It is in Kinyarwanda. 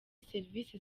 serivisi